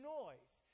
noise